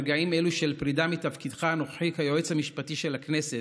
ברגעים אלו של פרידה מתפקידך הנוכחי כיועץ המשפטי של הכנסת,